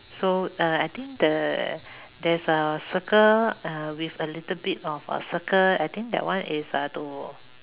so uh I think the there's a circle uh with a little bit of a circle I think that one is uh to